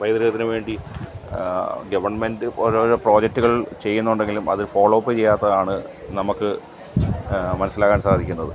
പൈതൃകത്തിന് വേണ്ടി ഗവൺമെന്റ് ഓരോരോ പ്രോജക്ടുകൾ ചെയ്യുന്നുണ്ടെങ്കിലും അത് ഫോളോ അപ്പ് ചെയ്യാത്തതാണ് നമ്മൾക്ക് മനസ്സിലാക്കാൻ സാധിക്കുന്നത്